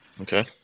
Okay